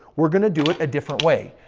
we're going to do it a different way.